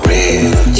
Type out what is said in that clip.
Real